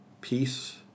Peace